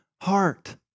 heart